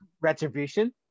Retribution